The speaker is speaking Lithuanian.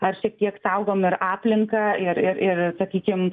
ar šiek kiek saugom ir aplinką ir ir ir sakykim